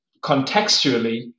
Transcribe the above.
contextually